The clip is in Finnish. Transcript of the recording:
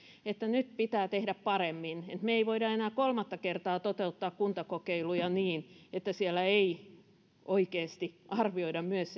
että nyt pitää tehdä paremmin me emme voi enää kolmatta kertaa toteuttaa kuntakokeiluja niin että siellä ei oikeasti arvioida myös